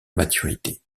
maturité